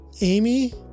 Amy